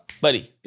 Buddy